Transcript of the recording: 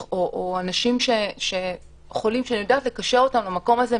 או אנשים חולים שאני יודעת לקשר אותם למקום הזה,